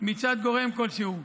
מצד גורם כלשהו.